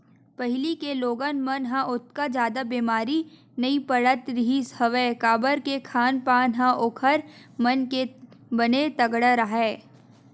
पहिली के लोगन मन ह ओतका जादा बेमारी नइ पड़त रिहिस हवय काबर के खान पान ह ओखर मन के बने तगड़ा राहय